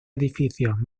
edificios